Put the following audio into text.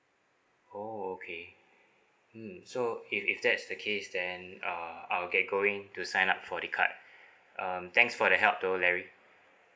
oh okay mm so if if that's the case then uh I'll get going to sign up for the card um thanks for the help though larry